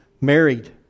married